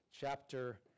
chapter